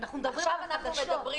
אנחנו מדברים על החדשות.